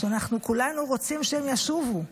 שאנחנו כולנו רוצים שהם ישובו.